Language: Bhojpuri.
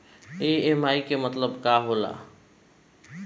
ई.एम.आई के मतलब का होला?